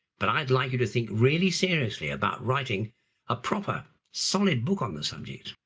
but i'd like you to think really seriously about writing a proper solid book on the subject.